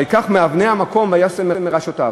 "ויקח מאבני המקום וישם מראשתיו".